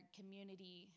community